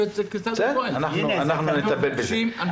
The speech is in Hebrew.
אנחנו נטפל בזה.